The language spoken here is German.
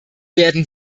werden